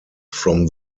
from